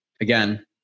again